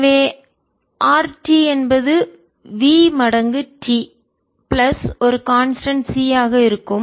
எனவே r என்பது V மடங்கு t பிளஸ் ஒரு கான்ஸ்டன்ட் c ஆக இருக்கும்